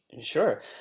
Sure